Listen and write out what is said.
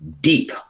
deep